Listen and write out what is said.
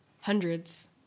hundreds